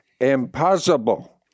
impossible